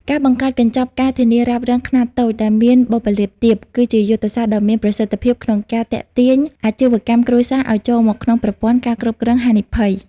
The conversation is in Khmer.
ការបង្កើតកញ្ចប់ ការធានារ៉ាប់រង ខ្នាតតូច ដែលមានបុព្វលាភទាប គឺជាយុទ្ធសាស្ត្រដ៏មានប្រសិទ្ធភាពក្នុងការទាក់ទាញអាជីវកម្មគ្រួសារឱ្យចូលមកក្នុងប្រព័ន្ធ ការគ្រប់គ្រងហានិភ័យ។